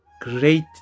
great